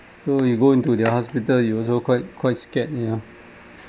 so you go into their hospital you also quite quite scared you know